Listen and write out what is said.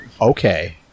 Okay